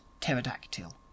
pterodactyl